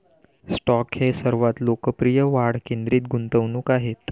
stock हे सर्वात लोकप्रिय वाढ केंद्रित गुंतवणूक आहेत